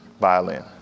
violin